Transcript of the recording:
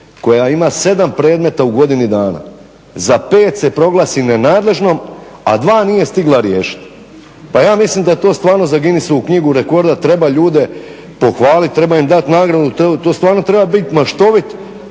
koja ima sedam predmeta u godini dana za pet se proglasi nenadležnom a dva nije stigla riješiti. Pa ja mislim da je to za Guinnessovu knjigu rekorda, treba ljude pohvaliti, treba im dati nagradu, to stvarno treba biti maštovit